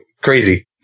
crazy